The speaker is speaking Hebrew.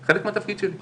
זה חלק מהתפקיד שלי.